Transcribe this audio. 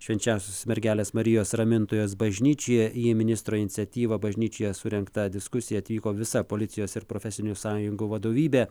švenčiausiosios mergelės marijos ramintojos bažnyčioje į ministro iniciatyva bažnyčioje surengtą diskusiją atvyko visa policijos ir profesinių sąjungų vadovybė